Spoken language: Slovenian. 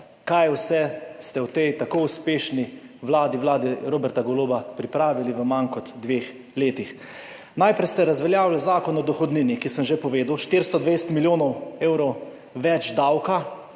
kaj vse ste v tej tako uspešni vladi, vladi Roberta Goloba, pripravili v manj kot dveh letih. Najprej ste razveljavili Zakon o dohodnini, za katerega sem že povedal, da bo 420 milijonov evrov več davka,